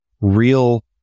real